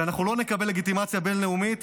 ואנחנו לא נקבל לגיטימציה בין-לאומית